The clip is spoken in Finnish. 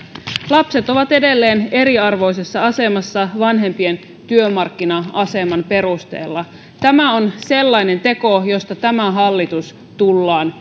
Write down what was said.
lapset ovat edelleen eriarvoisessa asemassa vanhempien työmarkkina aseman perusteella tämä on sellainen teko josta tämä hallitus tullaan